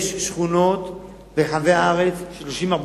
יש שכונות ברחבי הארץ של 30,000,